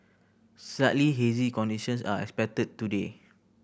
slightly hazy conditions are expected today